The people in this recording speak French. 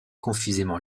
confusément